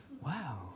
wow